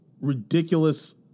ridiculous